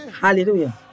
Hallelujah